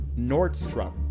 Nordstrom